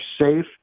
safe